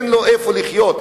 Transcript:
אין לו איפה לחיות,